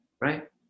right